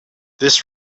this